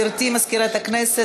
גברתי מזכירת הכנסת,